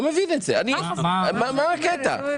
מה הקטע?